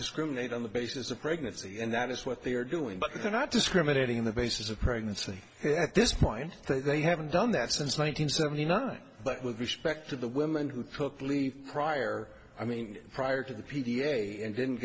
discriminate on the basis of pregnancy and that is what they are doing but they're not discriminating on the basis of pregnancy at this point they haven't done that since one nine hundred seventy nine but with respect to the women who took leave prior i mean prior to the p t a and didn't